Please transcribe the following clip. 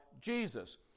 Jesus